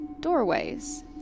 doorways